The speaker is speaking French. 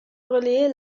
reliait